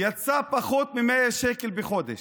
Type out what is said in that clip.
יצא פחות מ-100 שקל בחודש.